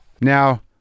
now